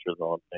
on